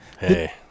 Hey